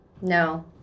No